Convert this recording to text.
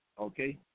Okay